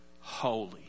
holy